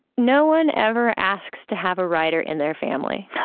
no one ever asks to have a writer in their family,